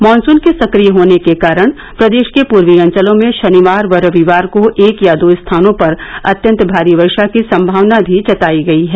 monsoon के सक्रिय होने के कारण प्रदेश के पूर्वी अचलों में शनिवार व रविवार को एक या दो स्थानों पर अत्यंत भारी वर्षा की संभावना भी जतायी गयी है